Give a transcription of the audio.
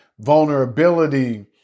vulnerability